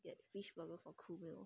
get fish burger for crew meal